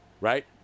Right